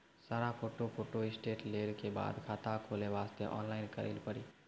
सारा photo photostat लेल के बाद खाता खोले वास्ते ऑनलाइन करिल पड़ी?